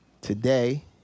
Today